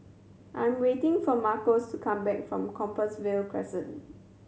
I'm waiting for Marcos to come back from Compassvale Crescent